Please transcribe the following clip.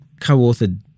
co-authored